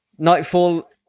nightfall